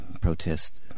protest